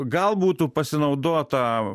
gal būtų pasinaudota